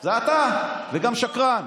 זה אתה, וגם שקרן.